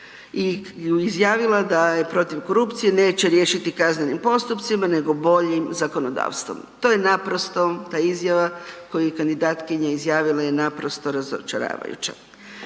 i izjavila da je protiv korupcije, neće riješiti kaznenim postupcima nego boljim zakonodavstvom. To je naprosto, ta izjava koju je kandidatkinja izjavila je naprosto razočaravajuća.